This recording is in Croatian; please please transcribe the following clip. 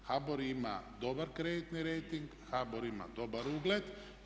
HBOR ima dobar kreditni rejting, HBOR ima dobar ugled.